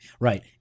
Right